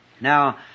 now